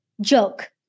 joke